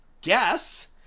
guess